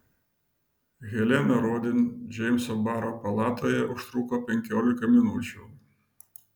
helena rodin džeimso baro palatoje užtruko penkiolika minučių